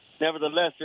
nevertheless